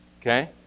okay